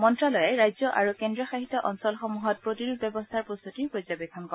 মন্ত্যালয়ে ৰাজ্য আৰু কেন্দ্ৰীয় শাসিত অঞ্চলসমূহত প্ৰতিৰোধ ব্যৱস্থাৰ প্ৰস্তাতি পৰ্যবেক্ষণ কৰে